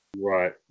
Right